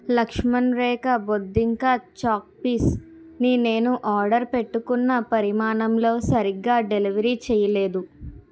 లక్ష్మణ రేఖ బొద్దింక చాక్పీస్ని నేను ఆర్డర్ పెట్టుకున్న పరిమాణంలో సరిగ్గా డెలివరీ చేయలేదు